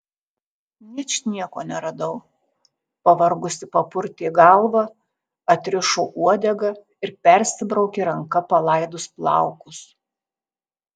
ničnieko neradau pavargusi papurtė galvą atrišo uodegą ir persibraukė ranka palaidus plaukus